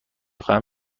خواهم